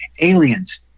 aliens